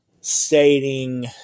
stating